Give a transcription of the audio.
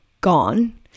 gone